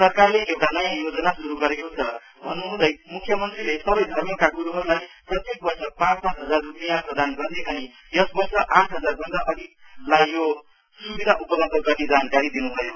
सरकारले एउटा नयाँ योजना श्रू गरेको छ भन्न्हुँदै म्ख्यमन्त्रीले सबै धर्मका ग्रूहरूलाई प्रत्येक वर्ष पाँच हजार रूपीयाँ प्रदान गर्ने अनि यस वर्ष आठ हजार भन्दा अधिकलाई यो सुविधा उपलब्ध गर्ने जानकारी दिन् भयो